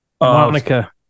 Monica